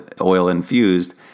oil-infused